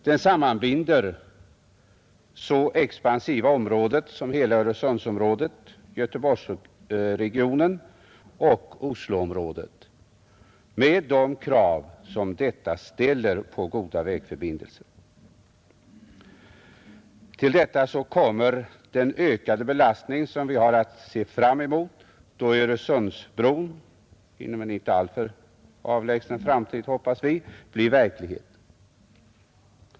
Den sammanbinder så expansiva områden som hela Öresundsområdet, Göteborgsregionen och Osloområdet, med de krav som detta ställer på goda vägförbindelser. Till detta kommer den ökade belastning som vi har att se fram emot då Öresundsbron inom en inte alltför avlägsen framtid, hoppas vi, blir verklighet.